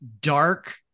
dark